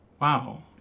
wow